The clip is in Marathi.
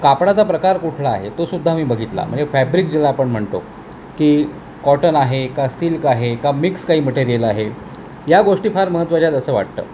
कापडाचा प्रकार कुठला आहे तो सुद्धा मी बघितला म्हणजे फॅब्रिक जेंव्हा आपण म्हणतो की कॉटन आहे का सिल्क आहे का मिक्स काही मटेरियल आहे या गोष्टी फार महत्त्वाच्या आहेत असं वाटतं